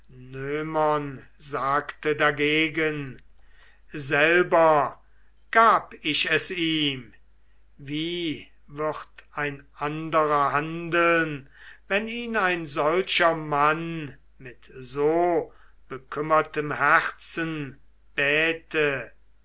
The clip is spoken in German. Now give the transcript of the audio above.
sagte dagegen selber gab ich es ihm wie würd ein anderer handeln wenn ihn ein solcher mann mit so bekümmertem herzen bäte